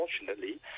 unfortunately